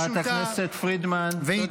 חברת הכנסת פרידמן, תודה.